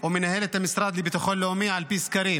או מנהל את המשרד לביטחון לאומי על פי סקרים,